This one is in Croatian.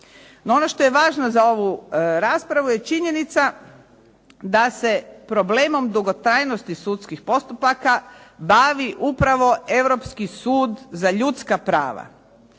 ono što je važno za ovu raspravu je činjenica da se problemom dugotrajnosti sudskih postupaka bavi upravo Europski sud za ljudska prava.